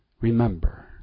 Remember